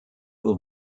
will